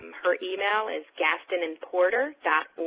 her email is gastonandporter